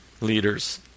leaders